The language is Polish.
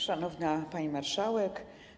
Szanowna Pani Marszałek!